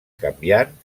canviant